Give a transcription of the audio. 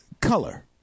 color